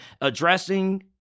addressing